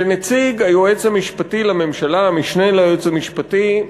שנציג היועץ המשפטי לממשלה, המשנה ליועץ המשפטי,